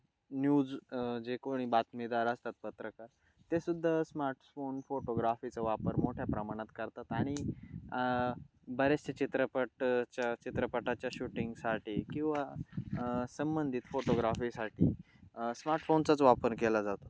news जे कोणी बातमीदार असतात पत्रकार तेसुद्धा स्मार्ट्सफोन फोटोग्राफीचा वापर मोठ्या प्रमाणात करतात आणि बरेचसे चित्रपटच्या चित्रपटाच्या शूटिंगसाठी किंवा संबंधित फोटोग्राफीसाठी स्मार्टफोनचाच वापर केला जातो